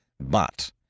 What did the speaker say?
But